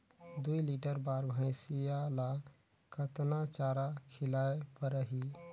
दुई लीटर बार भइंसिया ला कतना चारा खिलाय परही?